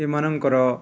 ଏମାନଙ୍କର